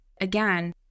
again